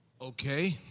Okay